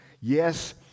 Yes